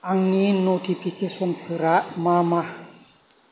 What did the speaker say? आंनि नटिफिकेसनफोरा मा मा